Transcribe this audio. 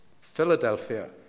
Philadelphia